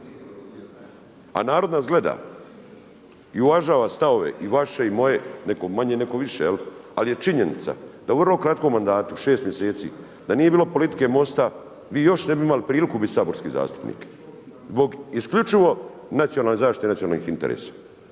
A narod nas gleda i uvažava stavove i vaše i moje, nekom manje, nekom više ali je činjenica da u vrlo kratkom mandatu 6 mjeseci da nije bilo politike MOST-a vi još ne bi imali priliku biti saborski zastupnik zbog isključivo nacionalne zaštite nacionalnih interesa.